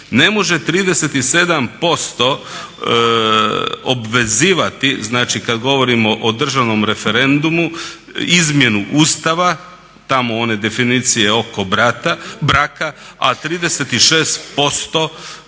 Ne može 37% obvezivati, znači kad govorimo o državnom referendumu izmjenu Ustava, tamo one definicije oko braka, a 36%